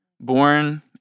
Born